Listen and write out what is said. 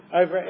over